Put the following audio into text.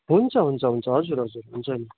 हुन्छ हुन्छ हुन्छ हजुर हजुर हुन्छ नि